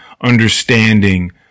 understanding